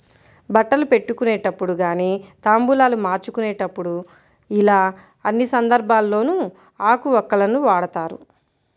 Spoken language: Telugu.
బట్టలు పెట్టుకునేటప్పుడు గానీ తాంబూలాలు మార్చుకునేప్పుడు యిలా అన్ని సందర్భాల్లోనూ ఆకు వక్కలను వాడతారు